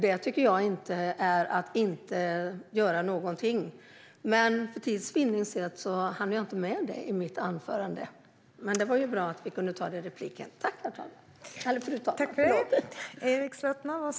Detta tycker jag inte är att göra ingenting. På grund av tidsbrist hann jag inte ta upp det här i mitt anförande, så det var bra att vi kunde tala om det i replikskiftet.